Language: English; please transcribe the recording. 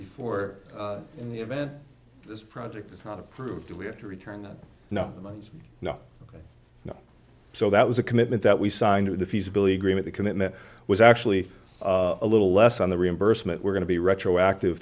before in the event this project is not approved we have to return that no no no so that was a commitment that we signed with the feasibility agreement the commitment was actually a little less on the reimbursement we're going to be retroactive